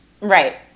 Right